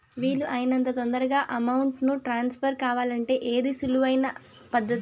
వీలు అయినంత తొందరగా అమౌంట్ ను ట్రాన్స్ఫర్ కావాలంటే ఏది సులువు అయిన పద్దతి